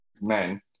men